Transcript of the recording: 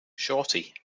shawty